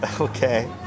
Okay